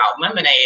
Lemonade